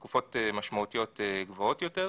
תקופות משמעותיות גבוהות יותר.